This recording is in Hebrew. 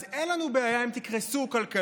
אז אין לנו בעיה אם תקרסו כלכלית.